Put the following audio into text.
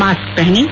mask पहनें